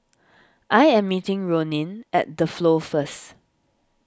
I am meeting Ronin at the Flow first